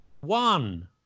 one